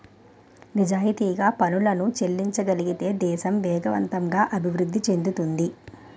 నిజాయితీగా పనులను చెల్లించగలిగితే దేశం వేగవంతంగా అభివృద్ధి చెందుతుంది